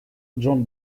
джон